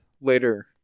later